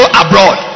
abroad